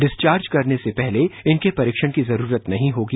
discharge करने से पहले इनके परीक्षण की जरूरत नहीं होगी